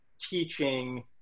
teaching